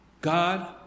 God